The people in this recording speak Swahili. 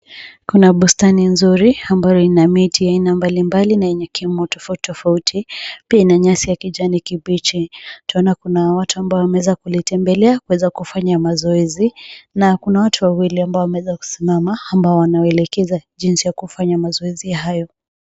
Kuna bustani nzuri ambayo ina miti ya aina mbalimbali na yenye kimo tofauti tofauti. Pia ina nyasi ya kijani kibichi. Tunaona kuna watu ambao wameweza kulitembelea kuweza kufanya mazoezi na kuna watu wawili ambao wameweza kusimama ambao wanawaelekeza jinsi ya kufanya mazoezi hayo.